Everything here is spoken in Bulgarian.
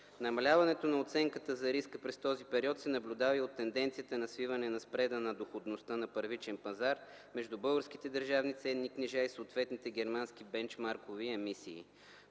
Намаляването на оценката за риска през този период се наблюдава и от тенденцията на свиване на спреда на доходността на първичния пазар между българските държавни ценни книжа и съответните германски бенч маркови емисии.